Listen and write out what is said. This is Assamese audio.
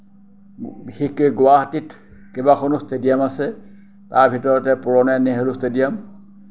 বিশেষকৈ গুৱাহাটীত কেইবাখনো ষ্টেডিয়াম আছে তাৰ ভিতৰতে পুৰণা নেহেৰু ষ্টেডিয়াম